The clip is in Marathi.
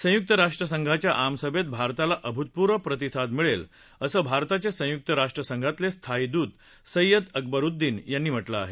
संयुक्त राष्ट्रसंघाच्या आमसभेत भारताला अभूतपूर्व प्रतिसाद मिळेल असं भारताचे संयुक्त राष्ट्रसंघातले स्थायी दूत सैय्यद अकबरुद्दीन यांनी म्हटलं आहे